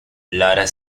lara